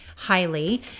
highly